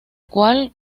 cual